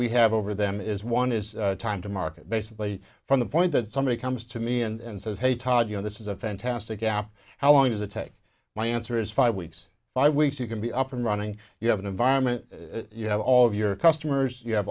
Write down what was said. we have over them is one is time to market basically from the point that somebody comes to me and says hey todd you know this is a fantastic app how long does it take my answer is five weeks five weeks you can be up and running you have an environment you have all of your customers you have